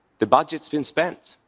the budget's been spent.